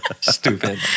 Stupid